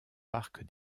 parc